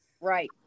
Right